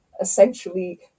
essentially